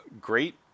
great